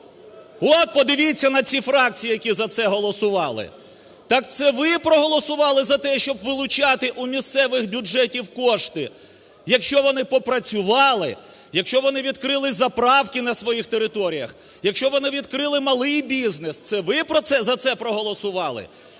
От подивіться на ці фракції, які за це голосували! Так це ви голосували за те, щоб вилучати у місцевих бюджетів кошти? Якщо вони попрацювали, якщо вони відкрили заправки на своїх територіях, якщо вони відкрили малий бізнес, це ви за це проголосували?